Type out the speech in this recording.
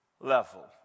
level